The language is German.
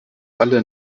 alle